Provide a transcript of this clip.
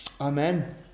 Amen